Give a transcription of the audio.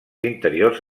interiors